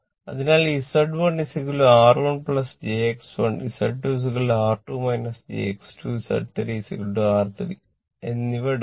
അതിനാൽ Z1 R1 jX1 Z2 R2 jX2 Z 3 R3 എന്നിവ എടുക്കുന്നു